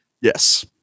Yes